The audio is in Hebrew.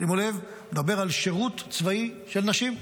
שימו לב, הוא מדבר על שירות צבאי של נשים.